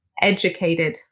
Educated